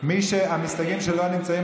המסתייגים שלא נמצאים,